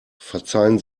verzeihen